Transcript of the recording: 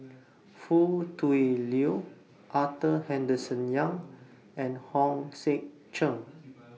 Foo Tui Liew Arthur Henderson Young and Hong Sek Chern